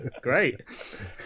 great